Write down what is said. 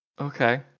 Okay